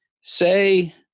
Say